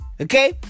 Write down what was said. okay